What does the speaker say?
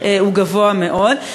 הוא גבוה מאוד.